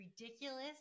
ridiculous